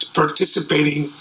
participating